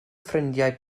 ffrindiau